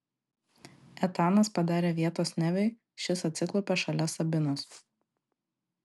etanas padarė vietos neviui šis atsiklaupė šalia sabinos